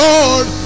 Lord